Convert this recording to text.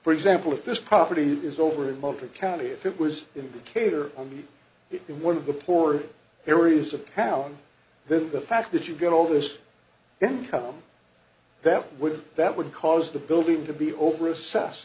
for example if this property is over a motor county if it was indicator on it in one of the poorer areas of town then the fact that you get all this income that would that would cause the building to be over assess